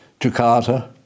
Jakarta